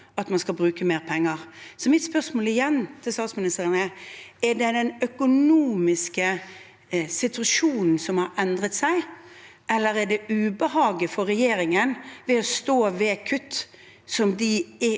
at man skal bruke mer penger. Så mitt spørsmål til statsministeren er igjen: Er det den økonomiske situasjonen som har endret seg, eller er det ubehaget for regjeringen ved å stå ved kutt på områder